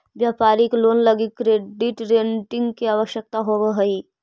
व्यापारिक लोन लगी credit rating के आवश्यकता होवऽ हई